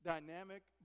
Dynamic